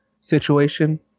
situation